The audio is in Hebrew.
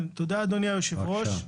תודה אדוני היושב-ראש.